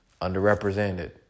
Underrepresented